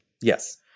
Yes